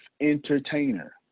entertainer